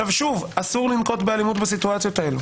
שוב, אסור לנקוט באלימות בסיטואציות האלה,